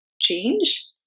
change